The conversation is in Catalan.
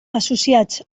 associats